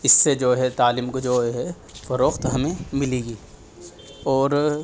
اس سے جو ہے تعلیم کو جو ہے فروخت ہمیں ملے گی اور